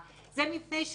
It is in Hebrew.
זה מפני שזה תפקידו.